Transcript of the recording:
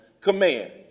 command